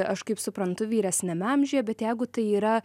aš kaip suprantu vyresniame amžiuje bet jeigu tai yra